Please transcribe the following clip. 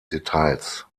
details